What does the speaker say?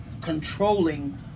controlling